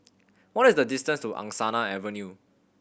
what is the distance to Angsana Avenue